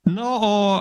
na o